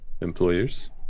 employers